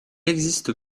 existe